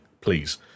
please